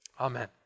Amen